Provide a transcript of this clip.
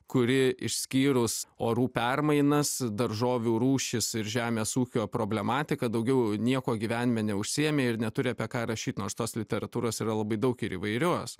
kuri išskyrus orų permainas daržovių rūšis ir žemės ūkio problematiką daugiau nieko gyvenime neužsiėmė ir neturi apie ką rašyt nors tos literatūros yra labai daug ir įvairios